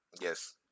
Yes